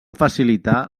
facilitar